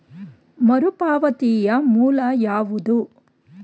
ಮರುಪಾವತಿಯ ಮೂಲ ಯಾವುದು?